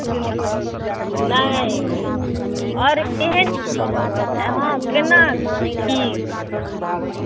नहि आओर एहन हँ केना की